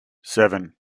seven